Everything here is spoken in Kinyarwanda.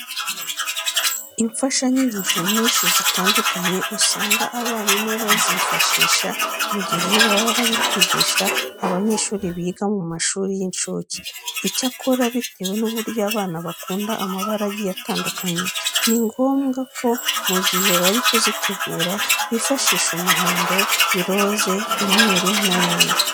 Imfashanyigisho nyinshi zitandukanye usanga abarimu bazifashisha mu gihe baba bari kwigisha abanyeshuri biga mu mashuri y'incuke. Icyakora bitewe n'uburyo abana bakunda amabara agiye atandukanye, ni ngombwa ko mu gihe bari kuzitegura bifashisha umuhondo, iroze, umweru n'ayandi.